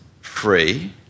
free